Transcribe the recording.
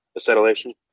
acetylation